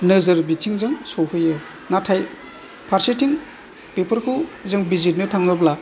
नोजोर बिथिंजों सहैयो नाथाय फारसेथिं बेफोरखौ जों बिजिरनो थाङोब्ला